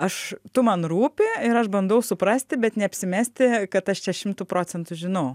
aš tu man rūpi ir aš bandau suprasti bet ne apsimesti kad aš čia šimtu procentų žinau